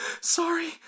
sorry